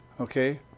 Okay